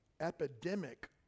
epidemic